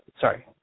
Sorry